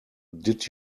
did